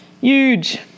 Huge